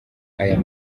aya